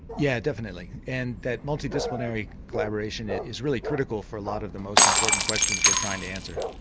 yeah definitely, and that multidisciplinary collaboration is really critical for a lot of the most important questions we're trying to answer.